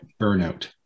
burnout